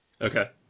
Okay